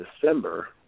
December